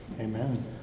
Amen